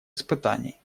испытаний